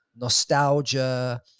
nostalgia